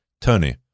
Tony